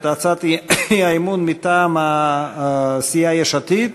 את הצעת האי-אמון מטעם סיעת יש עתיד: